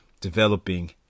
developing